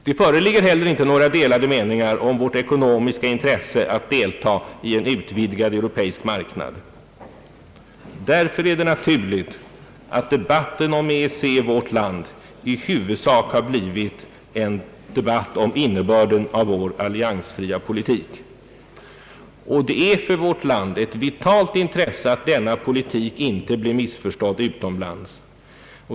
Det föreligger inte heller några delade meningar om vårt ekonomiska intresse av att delta i en utvidgad europeisk marknad. Därför är det naturligt, att debatten om EEC i vårt land i huvudsak blivit en debatt om innebörden av vår alliansfria politik. Det är för vårt land ett vitalt intresse att denna politik inte blir missförstådd utomlands.